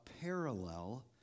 parallel